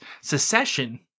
Secession